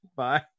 bye